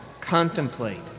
contemplate